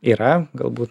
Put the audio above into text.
yra galbūt